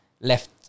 left